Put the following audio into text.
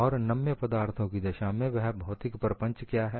और नम्य पदार्थों की दशा में वह भौतिक प्रपंच क्या है